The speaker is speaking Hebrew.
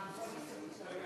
עושים שינוי